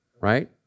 right